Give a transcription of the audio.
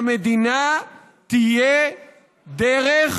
למדינה תהיה דרך